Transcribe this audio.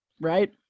Right